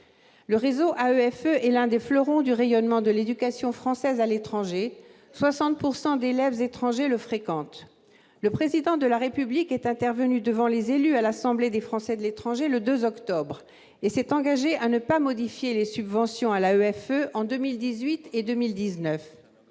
Le réseau AEFE est l'un des fleurons du rayonnement de l'éducation française à l'étranger, et 60 % d'élèves étrangers le fréquentent. Le Président de la République est intervenu devant les élus de l'Assemblée des Français de l'étranger le 2 octobre et s'est engagé à ne pas modifier les subventions à l'AEFE en 2018 et 2019.